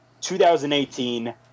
2018